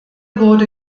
wurde